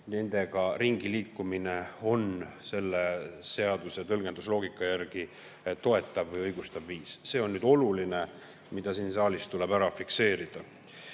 nendega ringiliikumine on selle seaduse tõlgendusloogika järgi toetav või õigustav viis. See on oluline asjaolu, mis siin saalis tuleb ära fikseerida. Teiseks,